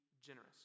generous